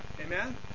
Amen